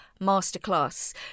masterclass